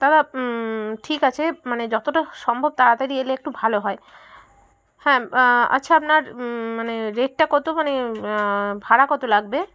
দাদা ঠিক আছে মানে যতটা সম্ভব তাড়াতাড়ি এলে একটু ভালো হয় হ্যাঁ আচ্ছা আপনার মানে রেটটা কত মানে ভাড়া কত লাগবে